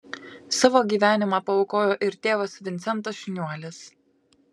savo gyvenimą paaukojo ir tėvas vincentas šniuolis